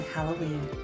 Halloween